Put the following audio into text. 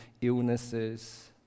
illnesses